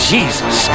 Jesus